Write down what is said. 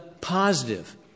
positive